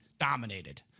dominated